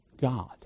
God